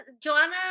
Joanna